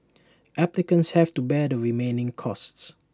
applicants have to bear the remaining costs